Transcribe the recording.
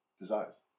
desires